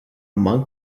monk